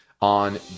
on